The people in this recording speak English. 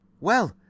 Well